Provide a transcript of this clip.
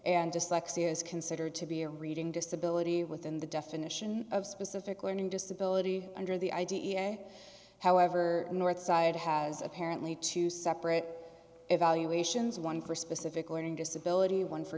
and dyslexia is considered to be a reading disability within the definition of specific learning disability under the i d e a however northside has apparently two separate evaluations one for specific learning disability one for